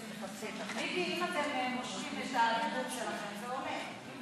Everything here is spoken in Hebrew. מיקי, אם אתם מושכים את הדיבור שלכם, זה עולה.